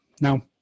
Now